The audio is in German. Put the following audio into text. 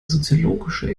soziologische